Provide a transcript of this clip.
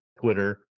Twitter